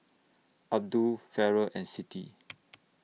Abdul Farah and Siti